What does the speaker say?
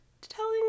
telling